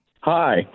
Hi